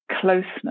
closeness